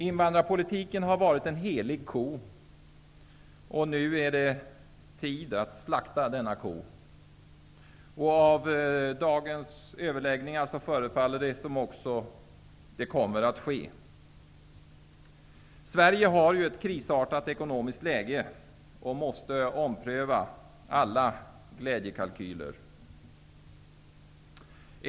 Invandrarpolitiken har varit en helig ko. Nu är det tid att slakta denna ko, och av dagens överläggningar förefaller det som om det också kommer att ske. Sverige har ju ett krisartat ekonomiskt läge och måste ompröva alla glädjekalkyler.